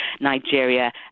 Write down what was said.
Nigeria